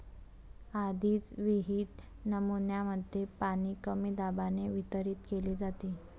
आधीच विहित नमुन्यांमध्ये पाणी कमी दाबाने वितरित केले जाते